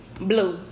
Blue